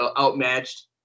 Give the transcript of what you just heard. outmatched